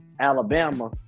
Alabama